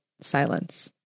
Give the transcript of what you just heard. silence